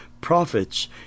prophets